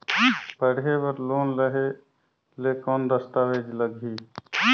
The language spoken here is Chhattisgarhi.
पढ़े बर लोन लहे ले कौन दस्तावेज लगही?